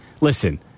listen